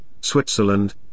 Switzerland